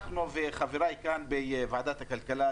אני וחבריי בוועדת הכלכלה,